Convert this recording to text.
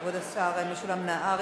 כבוד השר משולם נהרי,